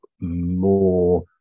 more